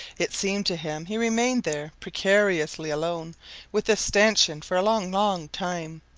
it seemed to him he remained there precariously alone with the stanchion for a long, long time.